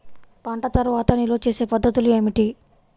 పంట తర్వాత నిల్వ చేసే పద్ధతులు ఏమిటి?